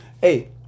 Hey